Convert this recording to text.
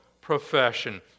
Profession